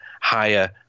higher